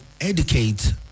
educate